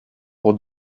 pour